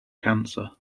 cancer